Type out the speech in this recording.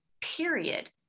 period